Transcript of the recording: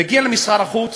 מגיע למשרד החוץ,